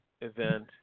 event